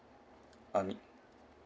only